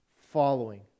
following